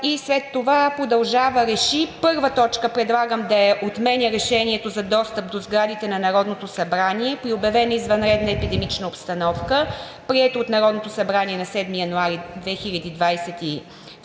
а след това предлагам: „РЕШИ: 1. Отменя Решението за достъп до сградите на Народното събрание при обявена извънредна епидемична обстановка, прието от Народното събрание на 7 януари 2022 г.